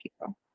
people